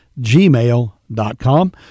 gmail.com